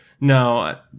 No